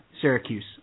Syracuse